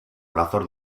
lazos